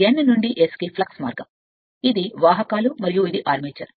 కాబట్టి ఇది N నుండి S కి ఫ్లక్స్ మార్గం ఇది వాహకాలు మరియు ఇది ఆర్మేచర్